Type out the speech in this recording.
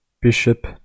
Bishop